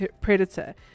predator